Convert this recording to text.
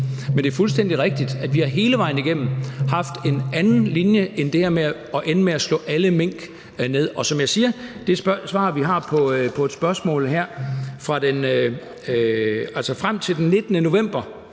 Men det er fuldstændig rigtigt, at vi hele vejen igennem har haft en anden linje end det her med, at man skulle ende med at slå alle mink ned. Og som jeg siger, er der ifølge det svar på et spørgsmål, vi har her, frem til den 19. november